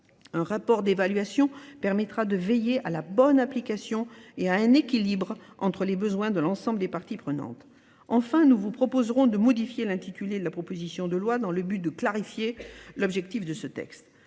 Un rapport d'évaluation permettra de veiller à la bonne application et à un équilibre entre les besoins de l'ensemble des parties prenantes. Enfin, nous vous proposerons de modifier l'intitulé de la proposition de loi dans le but de clarifier l'objectif de ce texte.